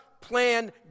plan